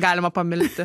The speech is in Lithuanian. galima pamilti